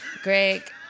Greg